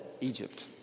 Egypt